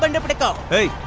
like to pick up